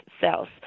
cells